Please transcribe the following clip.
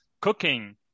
cooking